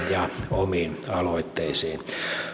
ja omiin aloitteisiin